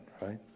right